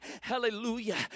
hallelujah